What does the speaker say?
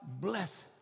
bless